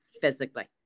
physically